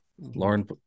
Lauren